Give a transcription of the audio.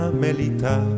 melita